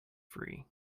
free